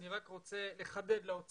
אני רק רוצה לחדד לאוצר